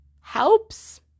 helps